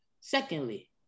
secondly